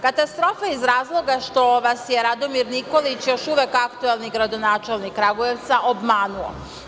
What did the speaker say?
Katastrofa iz razloga što vas je Radomir Nikolić još uvek aktuelni gradonačelnik Kragujevca obmanuo.